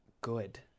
good